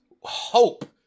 hope